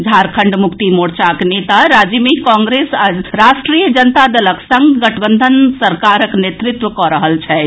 झारखंड मुक्ति मोर्चाक नेता राज्य मे कांग्रेस आ राष्ट्रीय जनता दलक संग गठबंधन सरकारक नेतृत्व कऽ रहल छथि